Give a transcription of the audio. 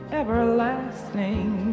everlasting